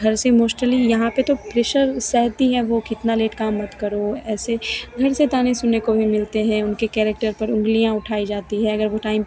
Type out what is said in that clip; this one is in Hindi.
घर से मोस्टली यहाँ पर तो प्रेशर सहती हैं वह कितना लेट काम मत करो ऐसे घर से ताने सुनने को भी मिलते हैं उनके कैरेक्टर पर उँगलियाँ उठाई जाती है अगर वह टाइम